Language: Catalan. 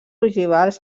ogivals